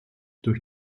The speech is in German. durch